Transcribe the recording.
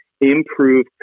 improve